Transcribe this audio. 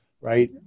right